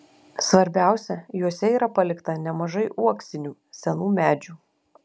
svarbiausia juose yra palikta nemažai uoksinių senų medžių